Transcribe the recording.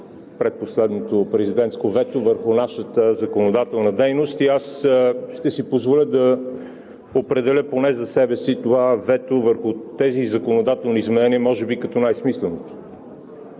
…предпоследното президентско вето върху нашата законодателна дейност и аз ще си позволя да определя, поне за себе си, това вето върху тези законодателни изменения може би като най-смисленото.